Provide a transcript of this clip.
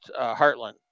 Heartland